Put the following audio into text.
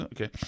Okay